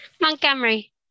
Montgomery